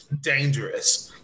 dangerous